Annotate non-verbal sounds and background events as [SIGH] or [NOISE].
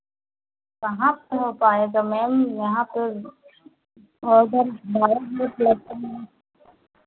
कहाँ से हो पाएगा मैम यहाँ तो और उधर भाड़ा बहुत लगता है [UNINTELLIGIBLE]